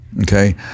okay